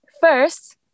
First